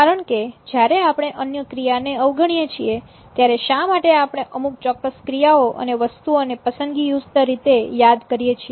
કારણકે જ્યારે આપણે અન્ય ક્રિયાને અવગણીએ છીએ ત્યારે શા માટે આપણે અમુક ચોક્કસ ક્રિયાઓ અને વસ્તુઓને પસંદગીયુક્ત રીતે યાદ કરીએ છીએ